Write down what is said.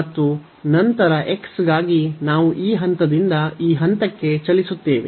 ಮತ್ತು ನಂತರ x ಗಾಗಿ ನಾವು ಈ ಹಂತದಿಂದ ಈ ಹಂತಕ್ಕೆ ಚಲಿಸುತ್ತೇವೆ